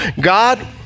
God